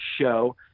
show